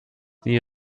nie